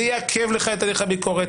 זה יעכב לך את הליך הביקורת,